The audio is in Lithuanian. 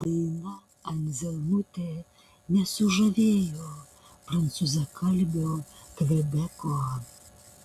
daina anzelmutė nesužavėjo prancūzakalbio kvebeko